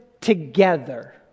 together